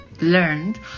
learned